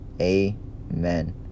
amen